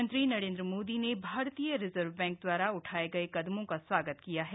प्रधानमंत्री नरेन्द्र मोदी ने भारतीय रिजर्व बैंक दवारा उठाए गए कदमों का स्वागत किया है